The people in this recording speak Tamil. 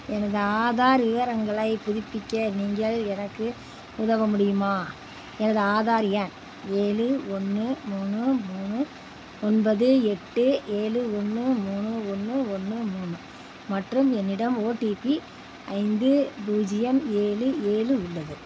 எனது ஆதார் விவரங்களைப் புதுப்பிக்க நீங்கள் எனக்கு உதவ முடியுமா எனது ஆதார் எண் ஏழு ஒன்று மூணு மூணு ஒன்பது எட்டு ஏழு ஒன்று மூணு ஒன்று ஒன்று மூணு மற்றும் என்னிடம் ஓடிபி ஐந்து பூஜ்ஜியம் ஏழு ஏழு உள்ளது